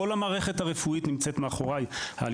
כל המערכת הרפואית נמצאת מאחוריי לפני שבועיים,